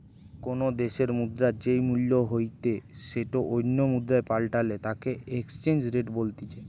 কোনো দ্যাশের মুদ্রার যেই মূল্য হইতে সেটো অন্য মুদ্রায় পাল্টালে তাকে এক্সচেঞ্জ রেট বলতিছে